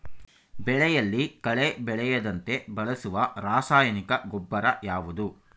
ಬೆಳೆಯಲ್ಲಿ ಕಳೆ ಬೆಳೆಯದಂತೆ ಬಳಸುವ ರಾಸಾಯನಿಕ ಗೊಬ್ಬರ ಯಾವುದು?